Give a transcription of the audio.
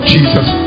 Jesus